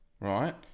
right